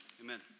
Amen